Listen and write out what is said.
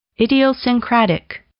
Idiosyncratic